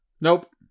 Nope